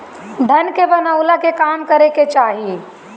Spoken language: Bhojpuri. धन के बनवला के काम करे के चाही